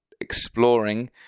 exploring